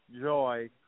joy